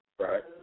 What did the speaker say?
Right